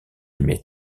met